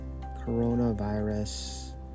coronavirus